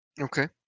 Okay